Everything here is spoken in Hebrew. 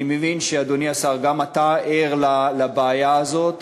אני מבין, אדוני השר, שגם אתה ער לבעיה הזו.